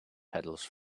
pedals